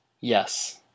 Yes